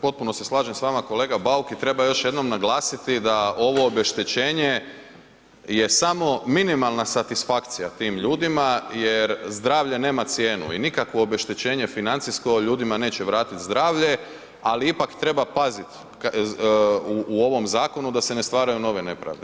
Potpuno se slažem s vama kolega Bauk i treba još jednom naglasiti da ovo obeštećenje je samo minimalna satisfakcija tim ljudima jer zdravlje nema cijenu i nikakvo obeštećenje financijsko ljudima neće vratiti zdravlje ali ipak treba paziti u ovom zakonu da se ne stvaraju nove nepravde.